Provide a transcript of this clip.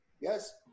Yes